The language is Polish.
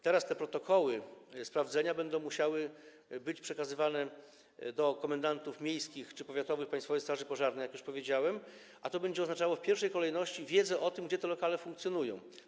Teraz protokoły sprawdzenia będą musiały być przekazywane do komendantów miejskich czy powiatowych Państwowej Straży Pożarnej, jak już powiedziałem, a to będzie oznaczało w pierwszej kolejności wiedzę o tym, gdzie te lokale funkcjonują.